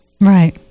Right